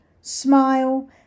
smile